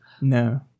no